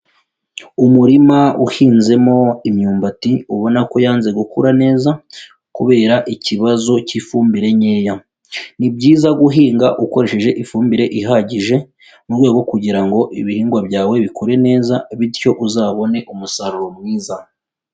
Umurima uhinzemo imyumbati ubona ko yanze gukura neza kubera ikibazo cy'ifumbire nkeya, ni byiza guhinga ukoresheje ifumbire ihagije, mu rwego rwo kugira ngo ibihingwa byawe bikure neza bityo uzabone umusaruro mwiza.